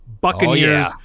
Buccaneers